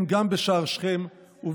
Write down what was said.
כן, גם בשער שכם, יהודה עמיחי.